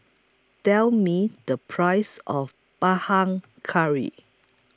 Tell Me The Price of Curry